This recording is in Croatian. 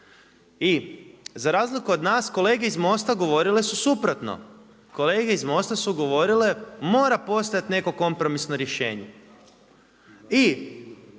I za razliku od nas kolege iz MOST-a govorile su suprotno. Kolege iz MOST-a su govorile, mora postojati neko kompromisno rješenje. I